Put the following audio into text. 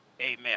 Amen